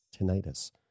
tinnitus